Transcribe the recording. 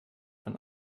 von